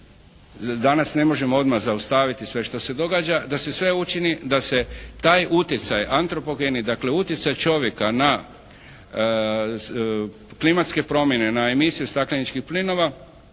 danas ne možemo odmah zaustaviti sve što se događa da se sve učini da se taj utjecaj antropogeni dakle utjecaj čovjeka na klimatske promjene, na emisije stakleničkih plinova